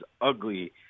ugly